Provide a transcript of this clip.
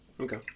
Okay